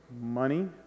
Money